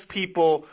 people